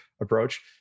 approach